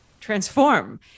transform